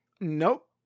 nope